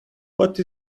what